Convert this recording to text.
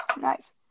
Nice